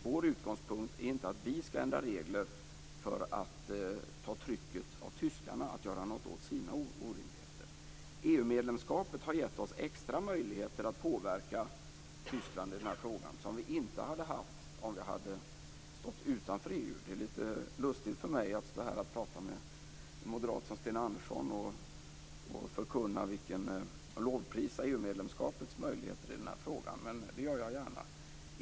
Vår utgångspunkt är inte att vi skall ändra regler för att ta bort trycket från tyskarna att göra någonting åt sina orimligheter. EU-medlemskapet har gett oss extra möjligheter att påverka Tyskland i den här frågan som vi inte hade haft om vi hade stått utanför EU. Det är litet lustigt för mig att här prata med en moderat som Sten Andersson och lovprisa EU medlemskapets möjligheter i den här frågan, men det gör jag gärna.